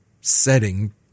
setting